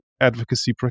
Advocacy